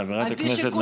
חברת הכנסת,